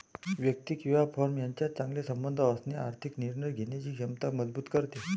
व्यक्ती किंवा फर्म यांच्यात चांगले संबंध असणे आर्थिक निर्णय घेण्याची क्षमता मजबूत करते